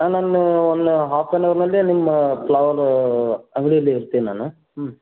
sir ನಾನು one half ಯಾನ್ ಅವರಿನಲ್ಲಿ ನಿಮ್ಮ ಫ್ಲವರ್ ಅಂಗಡಿಲಿ ಇರ್ತಿನಿ ನಾನು ಹ್ಞೂ